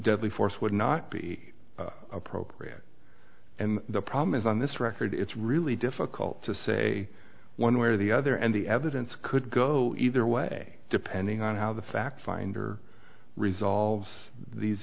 deadly force would not be appropriate and the problem is on this record it's really difficult to say one way or the other and the evidence could go either way depending on how the fact finder resolves these